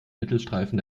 mittelstreifen